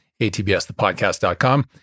atbsthepodcast.com